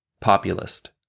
Populist